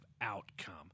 outcome